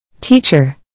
Teacher